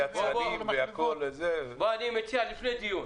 --- לפני דיון